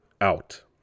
out